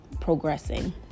progressing